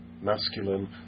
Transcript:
masculine